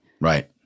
Right